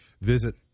visit